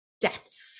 deaths